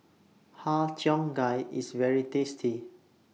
Har Cheong Gai IS very tasty